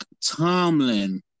Tomlin